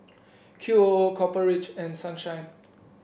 Qoo Copper Ridge and Sunshine